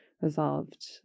resolved